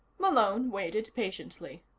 malone waited patiently.